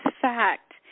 fact